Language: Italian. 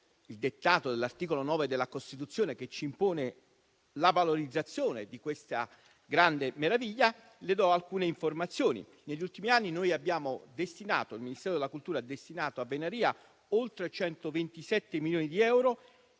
il dettato dell'articolo 9 della Costituzione, che ci impone la valorizzazione di questa grande meraviglia, le do alcune informazioni: negli ultimi anni il Ministero della cultura ha destinato a Venaria oltre 127 milioni di euro